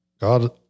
God